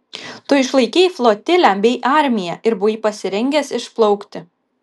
tu išlaikei flotilę bei armiją ir buvai pasirengęs išplaukti